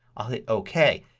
i'll hit ok.